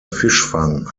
fischfang